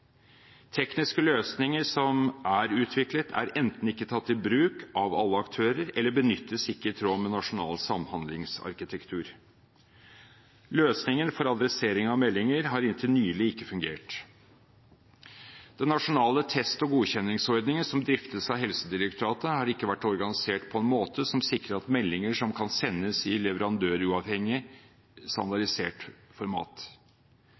Tekniske løsninger som er utviklet, er enten ikke tatt i bruk av alle aktører eller benyttes ikke i tråd med nasjonal samhandlingsarkitektur. Løsningen for adressering av meldinger har inntil nylig ikke fungert. Den nasjonale test- og godkjenningsordningen som driftes av Helsedirektoratet, har ikke vært organisert på en måte som sikrer at meldinger kan sendes i leverandøruavhengig